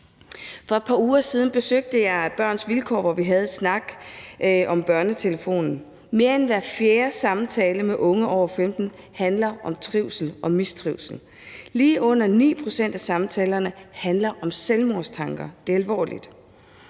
For et par uger siden besøgte jeg Børns Vilkår, hvor vi havde en snak om BørneTelefonen. Mere end hver fjerde samtale med unge over 15 år handler om trivsel og mistrivsel. Lige under 9 pct. af samtalerne handler om selvmordstanker. Det er alvorligt.